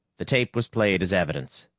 the tape was played as evidence.